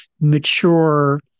mature